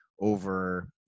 over